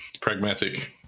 pragmatic